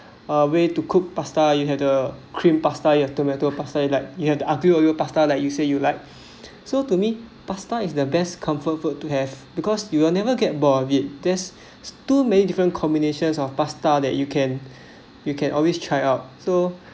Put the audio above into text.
a way to cook pasta you have the cream pasta you have tomato pasta like you had the aglio olio pasta like you said you liked so to me pasta is the best comfort food to have because you will never get bored this too many different combinations of pasta that you can you can always try out so